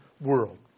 world